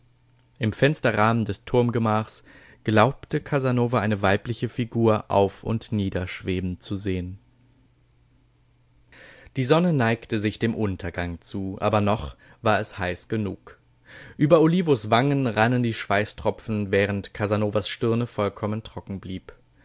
im fensterrahmen des turmgemachs glaubte casanova eine weibliche figur auf und nieder schweben zu sehen die sonne neigte sich dem untergang zu aber noch war es heiß genug über olivos wangen rannen die schweißtropfen während casanovas stirne vollkommen trocken blieb